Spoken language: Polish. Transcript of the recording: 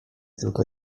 tylko